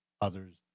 others